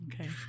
okay